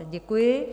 Děkuji.